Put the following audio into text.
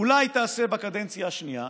אולי תעשה בקדנציה השנייה.